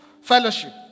fellowship